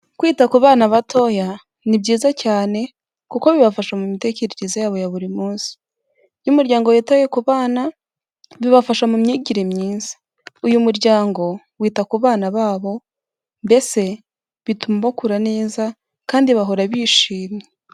Kwita ku bana batoya ni byiza cyane kuko bibafasha mu mitekerereze yabo ya buri munsi. Iyo umuryango witaye ku bana, bibafasha mu myigire myiza. Uyu muryango wita ku bana babo mbese bituma bakura neza kandi bahora bishimye.